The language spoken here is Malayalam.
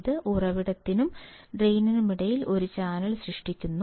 ഇത് ഉറവിടത്തിനും ഡ്രെയിനിനുമിടയിൽ ഒരു ചാനൽ സൃഷ്ടിക്കുന്നു